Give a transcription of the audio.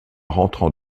rentrant